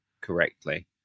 correctly